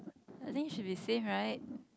I think should be same right